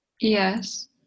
Yes